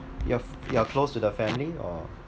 you're f~ you're close to the family or